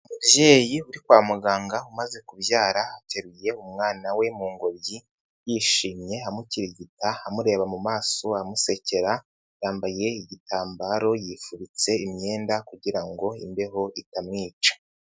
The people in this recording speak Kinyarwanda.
Umubyeyi uri kwa muganga umaze kubyara, ateruye umwana we mu ngobyi, yishimye amukirigita, amureba mu maso, amusekera, yambaye igitambaro, yifubitse imyenda kugira ngo imbeho itamwica.